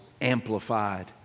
amplified